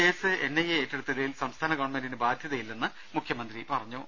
case N I A ഏറ്റെടുത്തിൽ സംസ്ഥാന ഗവൺമെന്റിന് ബാധ്യതയില്ലെന്നും മുഖ്യമന്ത്രി പറഞ്ഞു